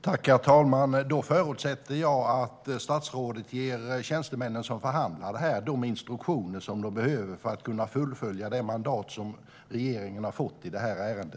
Herr talman! Då förutsätter jag att statsrådet ger de tjänstemän som förhandlar om detta de instruktioner som de behöver för att kunna fullfölja det mandat som regeringen har fått i detta ärende.